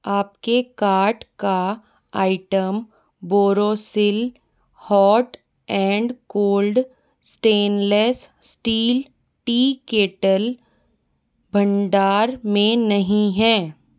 आप के कार्ट का item Borosil hot and cold stainless steel tea kettle भंडार में नहीं है